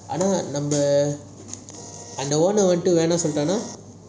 அண்ணா நம்ம அந்த:anna namma antha owner வேணாம் சொல்லிட்டன:venam solitana